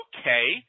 Okay